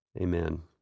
Amen